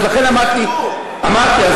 לכן אמרתי,